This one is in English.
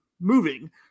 moving